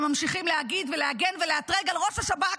וממשיכים להגיד ולהגן ולאתרג את ראש השב"כ,